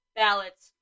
ballots